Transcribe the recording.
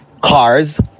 cars